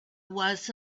was